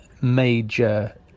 Major